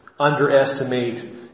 underestimate